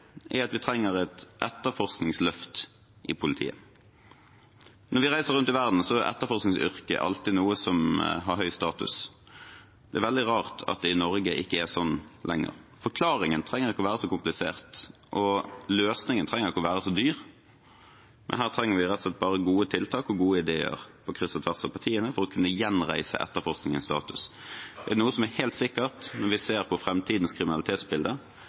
er at vi trenger et etterforskningsløft i politiet. Når vi reiser rundt i verden, er etterforskningsyrket alltid noe som har høy status. Det er veldig rart at det i Norge ikke er sånn lenger. Forklaringen trenger ikke være så komplisert, og løsningen trenger ikke være så dyr. Her trenger vi rett og slett bare gode tiltak og gode ideer på kryss og tvers av partiene for å kunne gjenreise etterforskningens status. Er det noe som er helt sikkert når vi ser på framtidens kriminalitetsbilde,